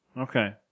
Okay